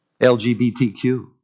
LGBTQ